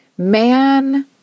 man